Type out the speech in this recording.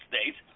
States